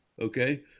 Okay